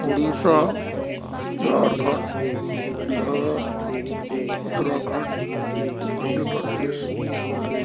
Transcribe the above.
Orissa Jharkhand Bihar Uttarakhand Madhya Pradesh